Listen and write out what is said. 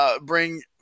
bring